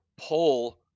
pull